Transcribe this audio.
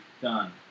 done